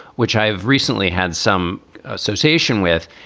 which i have recently had some association with,